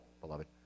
beloved